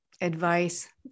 advice